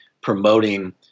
promoting